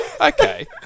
okay